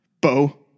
Bo